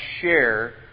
share